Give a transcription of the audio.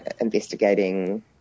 investigating